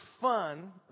fun